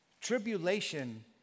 Tribulation